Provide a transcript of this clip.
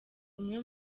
umwe